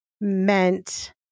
meant